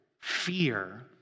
fear